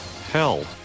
Hell